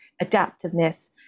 adaptiveness